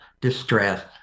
distress